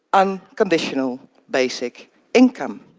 unconditional basic income.